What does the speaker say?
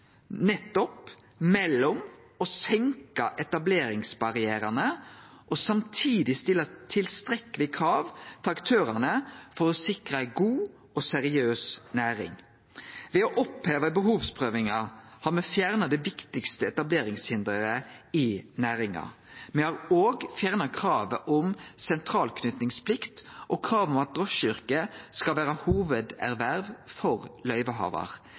mellom å senke etableringsbarrierane og samtidig stille tilstrekkeleg med krav til aktørane for å sikre ei god og seriøs næring. Ved å oppheve behovsprøvinga har me fjerna det viktigaste etableringshinderet i næringa. Me har òg fjerna kravet om tilknytingsplikt til sentral og kravet om at drosjeyrket skal vere hovuderverv for